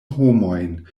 homojn